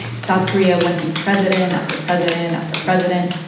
south korea went through president after president after president,